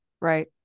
Right